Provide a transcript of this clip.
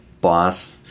boss